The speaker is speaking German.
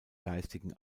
geistigen